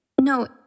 No